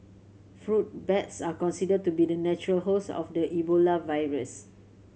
fruit bats are considered to be the natural host of the Ebola virus